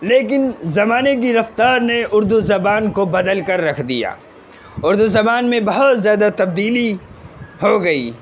لیکن زمانے کی رفتار نے اردو زبان کو بدل کر رکھ دیا اردو زبان میں بہت زیادہ تبدیلی ہو گئی